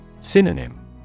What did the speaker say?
Synonym